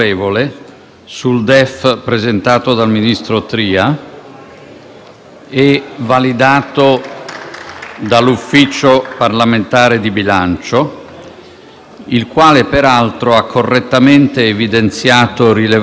Rispetto alle proposte di risoluzione presentate, mi riservo di orientare il mio voto dopo averle attentamente lette. Se mi pronuncio favorevolmente è perché interpreto questo DEF